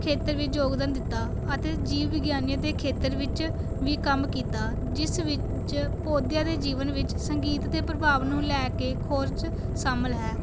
ਖੇਤਰ ਵਿੱਚ ਯੋਗਦਾਨ ਦਿੱਤਾ ਅਤੇ ਜੀਵ ਵਿਗਿਆਨੀਆਂ ਦੇ ਖੇਤਰ ਵਿੱਚ ਵੀ ਕੰਮ ਕੀਤਾ ਜਿਸ ਵਿੱਚ ਪੌਦਿਆਂ ਦੇ ਜੀਵਨ ਵਿੱਚ ਸੰਗੀਤ ਦੇ ਪ੍ਰਭਾਵ ਨੂੰ ਲੈ ਕੇ ਖੋਜ ਸ਼ਾਮਿਲ ਹੈ